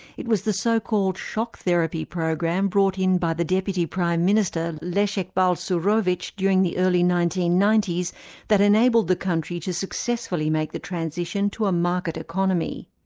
it was the so-called shock therapy program brought in by the deputy prime minister, leszek balcerowicz, during the early nineteen ninety s that enabled the country to successfully make the transition to a market economy.